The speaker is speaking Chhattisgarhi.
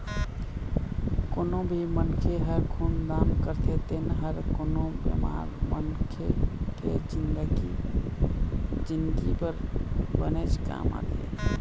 कोनो भी मनखे ह खून दान करथे तेन ह कोनो बेमार मनखे के जिनगी बर बनेच काम आथे